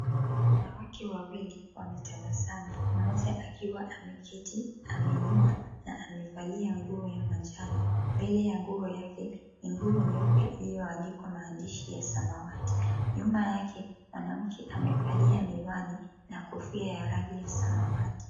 Wanawake wawili wametabasamu, mmoja akiwa ameketi, amenyoa na amevalia nguo ya manjano. Mbele ya nguo yake ni nguo nyeupe iliyoandikwa maandishi ya samawati. Nyuma yake mwanamke amevalia miwani na kofia ya rangi ya samawati.